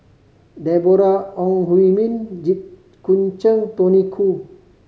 Deborah Ong Hui Min Jit Koon Ch'ng Tony Khoo